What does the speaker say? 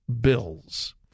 bills